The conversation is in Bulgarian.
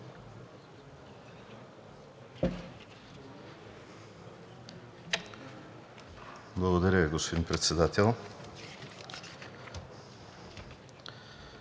Благодаря, господин Председател.